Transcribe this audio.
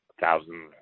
thousand